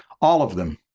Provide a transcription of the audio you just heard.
all of them.